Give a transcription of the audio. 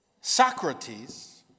Socrates